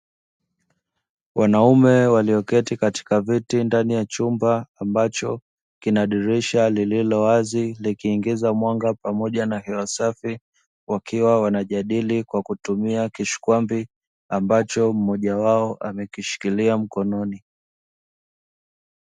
Wanaume walioketi katika viti ndani ya chumba ambacho kina dirisha lililowazi likiingiza mwanga pamoja na hewa safi, wakiwa wanajadili kwa kutumia kishikwambi ambacho mmoja wao amekishikilia mkononi.